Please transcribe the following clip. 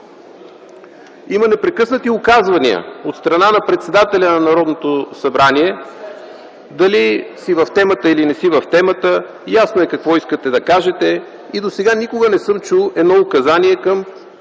Има непрекъснати указвания от страна на председателя на Народното събрание дали си в темата или не си и „ясно е какво искате да кажете”. Досега никога не съм чул едно указание към